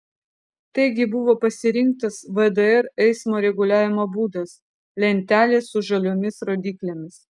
taigi buvo pasirinktas vdr eismo reguliavimo būdas lentelės su žaliomis rodyklėmis